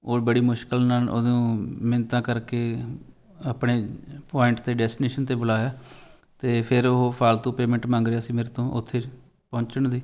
ਔਰ ਬੜੀ ਮੁਸ਼ਕਲ ਨਾਲ ਉਹਨੂੰ ਮਿੰਨਤਾਂ ਕਰਕੇ ਆਪਣੇ ਪੁਆਇੰਟ 'ਤੇ ਡੈਸੀਨੇਸ਼ਨ 'ਤੇ ਬੁਲਾਇਆ ਅਤੇ ਫਿਰ ਉਹ ਫਾਲਤੂ ਪੇਮੈਂਟ ਮੰਗ ਰਿਹਾ ਸੀ ਮੇਰੇ ਤੋਂ ਉੱਥੇ ਪਹੁੰਚਣ ਦੀ